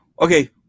okay